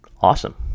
awesome